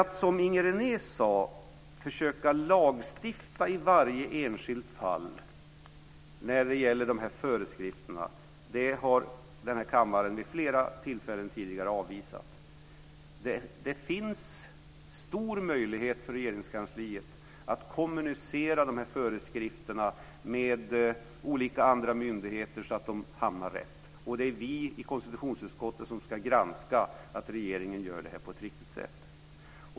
Att som Inger René talade om försöka lagstifta i varje enskilt fall när det gäller de här föreskrifterna har kammaren vid flera tillfällen tidigare avvisat. Det finns en stor möjlighet för Regeringskansliet att kommunicera de här föreskrifterna med olika andra myndigheter så att de hamnar rätt, och det är vi i konstitutionsutskottet som ska granska att regeringen gör det här på ett riktigt sätt.